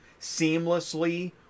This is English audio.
seamlessly